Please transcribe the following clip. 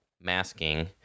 masking